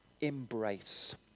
embrace